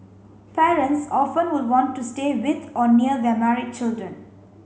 parents often would want to stay with or near their married children